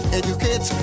educate